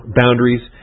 boundaries